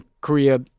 Korea